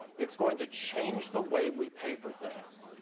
it's going to change the way we pay for things.